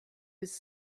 his